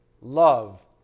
love